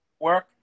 work